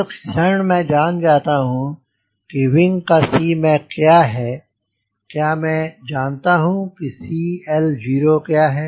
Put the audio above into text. जिस क्षण मैं जान जाता हूँ कि विंग का Cmac क्या है क्या मैं जानता हूँ कि CL0 क्या है